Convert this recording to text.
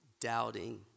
doubting